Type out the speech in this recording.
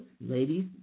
ladies